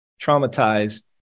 traumatized